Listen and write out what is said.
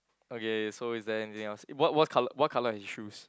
okay so is there anything else what what color what color are his shoes